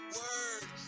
word